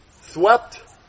swept